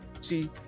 See